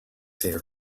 there